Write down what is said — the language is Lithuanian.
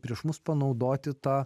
prieš mus panaudoti tą